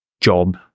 job